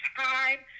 time